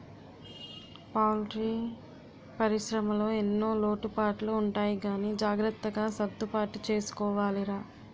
poultry పరిశ్రమలో ఎన్నో లోటుపాట్లు ఉంటాయి గానీ జాగ్రత్తగా సర్దుబాటు చేసుకోవాలిరా